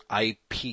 IP